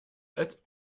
als